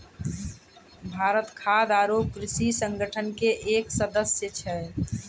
भारत खाद्य आरो कृषि संगठन के एक सदस्य छै